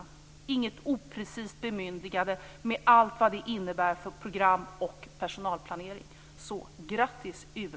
Det blir inget oprecist bemyndigande med allt vad det innebär för program och personalplanering. Så grattis, UR!